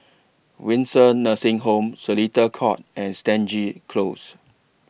Windsor Nursing Home Seletar Court and Stangee Close